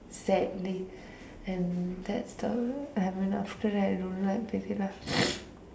sadly and that's the I mean after that I don't like already lah